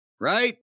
right